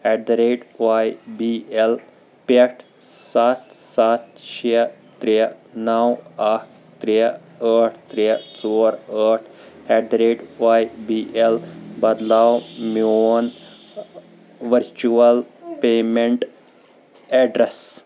eight the rate Y B L پٮ۪ٹھ سَتھ سَتھ شےٚ ترٛےٚ نَو اَکھ ترٛےٚ ٲٹھ ترٛےٚ ژور ٲٹھ at the rate Y B L بدلاو میٛون ؤرچُول پیمیٚنٹ ایٚڈرس